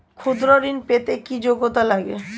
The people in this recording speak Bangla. ক্ষুদ্র ঋণ পেতে কি যোগ্যতা লাগে?